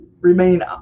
remain